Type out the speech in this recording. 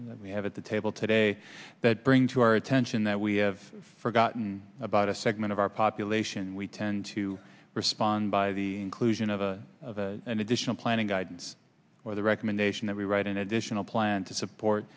that we have at the table today that bring to our attention that we have forgotten about a segment of our population we tend to respond by the clues and of an additional planning guidance or the recommendation that we write an additional plan to support